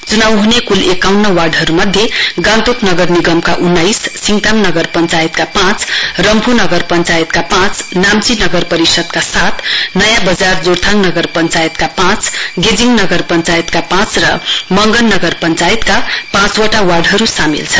चुनाउ हुने कुल एकाउन्न वार्डहरुमध्ये गान्तोक नगर निगमका उन्नाइस सिङताम नगर पश्चायतका पाँच रम्फू नगर पश्चायतका पाँच नाम्ची नगर परिषदका सात नयाँ वजार जोरथाङ नगर पश्चायतका पाँच गेजिङ नगर पश्चायतका पाँच र मंगन नगर पश्चायतका पाँचवटा वार्डहरु सामेल छन्